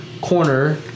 corner